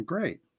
Great